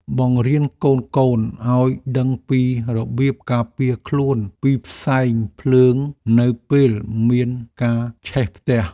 បង្រៀនកូនៗឱ្យដឹងពីរបៀបការពារខ្លួនពីផ្សែងភ្លើងនៅពេលមានការឆេះផ្ទះ។